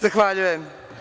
Zahvaljujem.